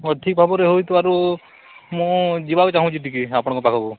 ଠିକ୍ ଭାବରେ ହେଉଥିବାରୁ ମୁଁ ଯିବାକୁ ଚାହୁଁଛି ଟିକେ ଆପଣଙ୍କ ପାଖକୁ